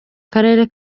karere